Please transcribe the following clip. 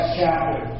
chapter